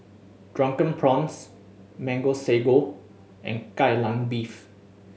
Drunken Prawns Mango Sago and Kai Lan Beef